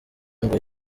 ngo